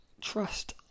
trust